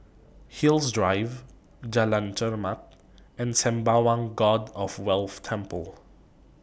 Hillside Drive Jalan Chermat and Sembawang God of Wealth Temple